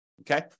okay